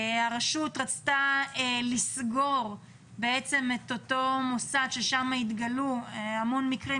הרשות רצתה לסגור את אותו מוסד שבו התגלו המון מקרים,